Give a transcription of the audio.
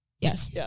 Yes